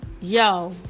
yo